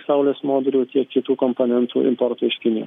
saulės modulių tiek kitų komponentų importo iš kini